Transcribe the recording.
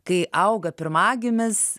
kai auga pirmagimis